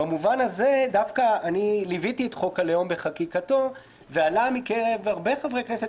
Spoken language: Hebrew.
ליוויתי את חוק הלאום בחקיקתו והרבה חברי כנסת,